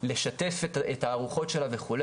לשתף את הארוחות שלה וכו',